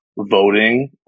voting